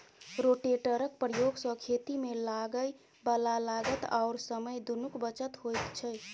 रोटेटरक प्रयोग सँ खेतीमे लागय बला लागत आओर समय दुनूक बचत होइत छै